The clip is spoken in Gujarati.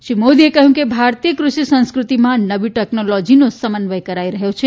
શ્રી મોદીએ કહ્યું કે ભારતીય કૃષિ સંસ્કૃતિમાં નવી ટેકનોલોજીનો સમન્વય કરાઇ રહ્યો છે